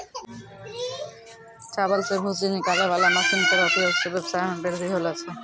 चावल सें भूसी निकालै वाला मसीन केरो उपयोग सें ब्यबसाय म बृद्धि होलो छै